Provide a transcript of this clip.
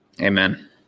Amen